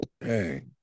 Hey